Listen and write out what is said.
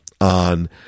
on